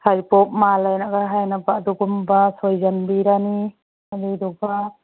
ꯍꯔꯤꯕꯣꯞ ꯃꯥꯟꯂꯦꯅꯒ ꯍꯥꯏꯅꯕ ꯑꯗꯨꯒꯨꯝꯕ ꯁꯣꯏꯖꯟꯕꯤꯔꯅꯤ ꯑꯗꯨꯗꯨꯒ